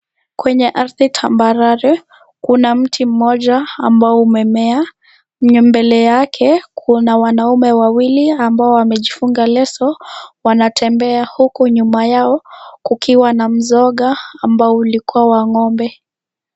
Kwenye ardhi tambarare, kuna mti moja ambao umemea. Mbele yake, kuna wanaume wawili ambao wamejifunga leso. Wanatembea huku nyuma yao, kukiwa na mzoga ambao ulikuwa wa ng'ombe.